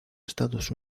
estados